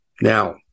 Now